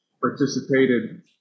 participated